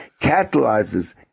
catalyzes